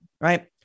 right